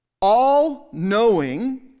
all-knowing